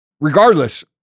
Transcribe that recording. regardless